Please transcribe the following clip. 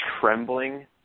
trembling